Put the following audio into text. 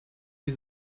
wie